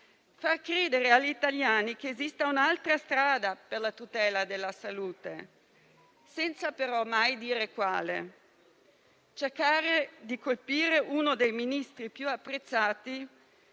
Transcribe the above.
far credere agli italiani che esiste un'altra strada per la tutela della salute, senza però mai dire quale; per cercare di colpire uno dei Ministri più apprezzati